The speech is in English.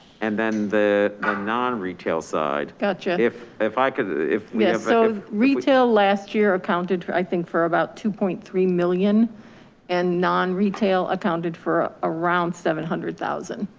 and then the ah non-retail side. gotcha. if if i could yeah so retail last year accounted for, i think, for about two point three million and non-retail accounted for around seven hundred thousand.